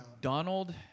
Donald